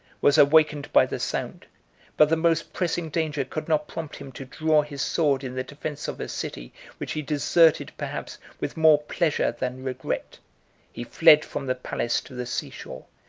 was awakened by the sound but the most pressing danger could not prompt him to draw his sword in the defence of a city which he deserted, perhaps, with more pleasure than regret he fled from the palace to the seashore,